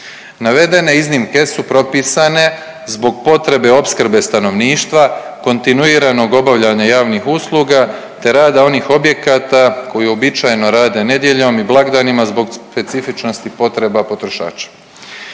Navedene iznimke su propisane zbog potrebe opskrbe stanovništva, kontinuiranog obavljanja javnih usluga, te rada onih objekata koji uobičajeno rade nedjeljom i blagdanima zbog specifičnosti potreba potrošača.